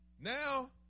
Now